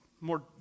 more